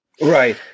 right